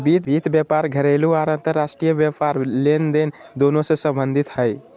वित्त व्यापार घरेलू आर अंतर्राष्ट्रीय व्यापार लेनदेन दोनों से संबंधित हइ